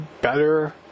better